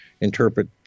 interpret